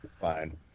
Fine